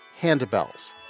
handbells